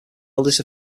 eldest